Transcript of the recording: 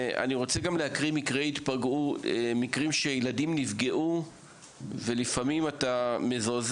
אני רוצה לקרוא גם מקרים בהם ילדים נפגעו ולפעמים אתה מזועזע